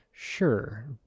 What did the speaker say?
Sure